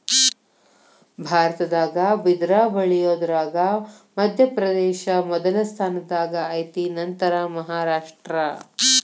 ಭಾರತದಾಗ ಬಿದರ ಬಳಿಯುದರಾಗ ಮಧ್ಯಪ್ರದೇಶ ಮೊದಲ ಸ್ಥಾನದಾಗ ಐತಿ ನಂತರಾ ಮಹಾರಾಷ್ಟ್ರ